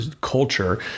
culture